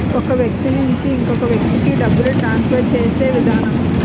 ఒక వ్యక్తి నుంచి ఇంకొక వ్యక్తికి డబ్బులు ట్రాన్స్ఫర్ చేసే విధానం